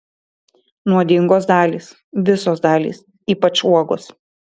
nuodingos dalys visos dalys ypač uogos